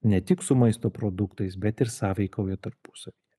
ne tik su maisto produktais bet ir sąveikauja tarpusavyje